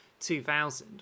2000